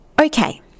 Okay